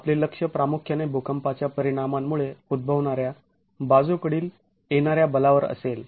आपले लक्ष प्रामुख्याने भूकंपाच्या परिणामांमुळे उद्भवणाऱ्या बाजूकडील येणाऱ्या बलावर असेल